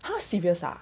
!huh! serious ah